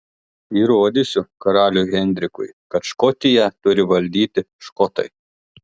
įrodysiu karaliui henrikui kad škotiją turi valdyti škotai